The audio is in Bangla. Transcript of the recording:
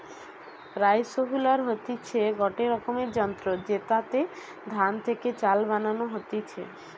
রাইসহুলার হতিছে গটে রকমের যন্ত্র জেতাতে ধান থেকে চাল বানানো হতিছে